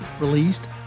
released